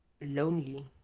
lonely